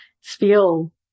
feel